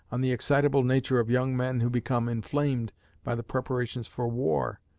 on the excitable nature of young men who become inflamed by the preparations for war,